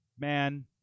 man